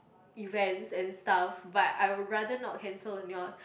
events and stuff but I would rather not cancel on y'all